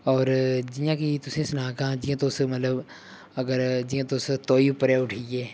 होर जि'यां कि तुसेंगी सनाह्गा जि'यां तुस मतलब अगर जि'यां तुस तौही उप्परै उठी गे